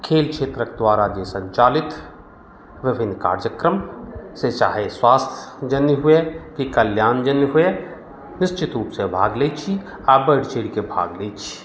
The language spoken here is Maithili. खेल क्षेत्रक द्वारा जे संचालित विभिन्न कार्यक्रम से चाहे स्वास्थ्य जन्य हुए कि कल्याण जन्य हुए निश्चित रूपसे भाग लै छी आ बढ़ि चढ़िके भाग लै छी